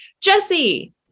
Jesse